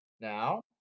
Now